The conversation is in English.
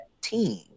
team